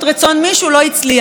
לא מגיע על זה שום פרס.